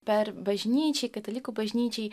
per bažnyčiai katalikų bažnyčiai